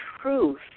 truth